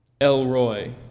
Elroy